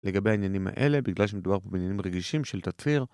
לגבי העניינים האלה, בגלל שמדובר פה בעניינים רגישים של תצהיר